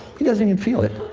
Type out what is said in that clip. he doesn't even feel it.